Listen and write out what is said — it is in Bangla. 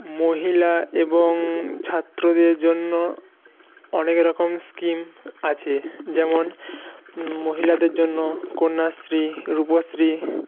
মহিলা এবং ছাত্রদের জন্য অনেক রকম স্কিম আছে যেমন মহিলাদের জন্য কন্যাশ্রী রূপশ্রী